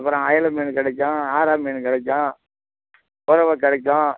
அப்புறம் அயிலை மீன் கிடைக்கும் ஆரா மீன் கிடைக்கும் கொறவ கிடைக்கும்